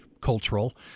cultural